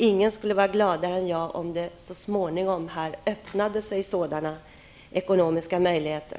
Ingen skulle vara gladare än jag, om det så småningom öppnades sådana ekonomiska möjligheter.